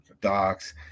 docs